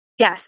Yes